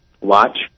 watch